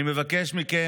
אני מבקש מכם,